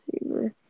receiver